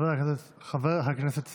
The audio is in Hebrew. חבר הכנסת סמוטריץ'.